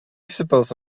suppose